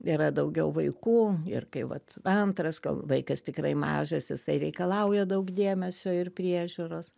yra daugiau vaikų ir kai vat antras vaikas tikrai mažas jisai reikalauja daug dėmesio ir priežiūros